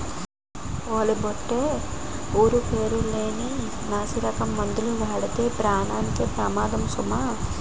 ఓలి బొట్టే ఊరు పేరు లేని నాసిరకం మందులు వాడితే పేనానికే పెమాదము సుమా